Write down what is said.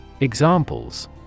Examples